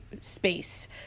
space